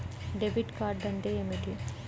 Debit card అంటే ఏమిటి?